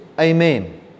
amen